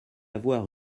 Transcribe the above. avoir